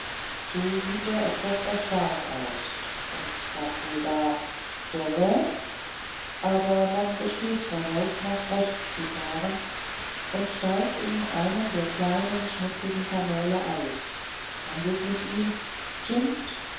so sieht er etwas erstaunt aus und fragt wohl gar dove aber man besteht darauf nach rechts zu fahren und steigt in einem der kleinen schmutzigen kanäle aus handelt mit ihm schimpft